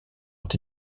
ont